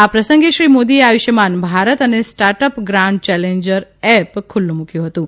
આ પ્રસંગે શ્રી મોદીએ આયુષ્માન ભારત અને સ્ટાર્ટઅપ ગ્રાન્ડ ચેલેન્જર એપ ખુલ્લું મૂક્યું હતું